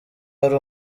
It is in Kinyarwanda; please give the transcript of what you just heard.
hari